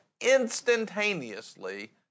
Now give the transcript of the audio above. instantaneously